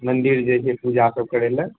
मंदिर जे छै पूजासभ करयलऽ